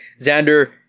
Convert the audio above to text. xander